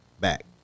back